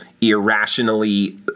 irrationally